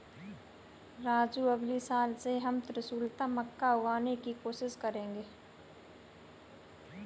राजू अगले साल से हम त्रिशुलता मक्का उगाने की कोशिश करेंगे